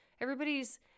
Everybody's